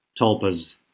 tulpas